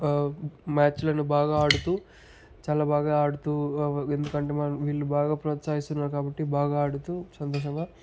మ్యాచ్లను బాగా ఆడుతు చాలా బాగా ఆడుతు ఎందుకంటే వాళ్ళు వీళ్ళు బాగా ప్రోత్సహిస్తున్నారు కాబట్టి బాగా ఆడుతూ సంతోషంగా